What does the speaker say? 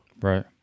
Right